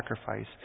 sacrifice